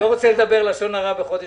לדבר הזה היינו אמורים לשים סוף